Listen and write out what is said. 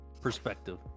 perspective